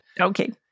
okay